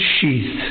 sheath